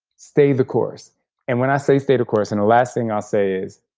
stay the course and when i say stay the course, and the last thing i'll say is,